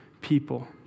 people